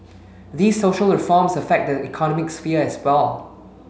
these social reforms affect the economic sphere as well